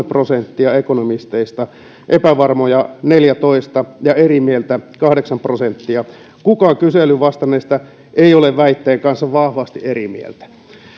prosenttia ekonomisteista epävarmoja on neljätoista ja eri mieltä kahdeksan prosenttia kukaan kyselyyn vastanneista ei ole väitteen kanssa vahvasti eri mieltä